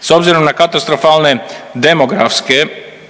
S obzirom na katastrofalne demografske